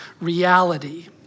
reality